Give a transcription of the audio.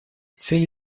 цели